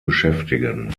beschäftigen